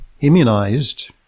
immunized